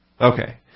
Okay